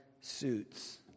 suits